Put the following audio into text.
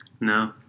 No